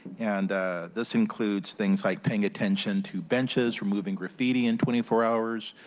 and this includes things like paying attention to benches, removing graffiti in twenty four hours.